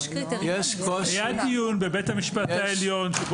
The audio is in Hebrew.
היה דיון בבית המשפט העליון,